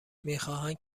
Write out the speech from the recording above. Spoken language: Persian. میخواهند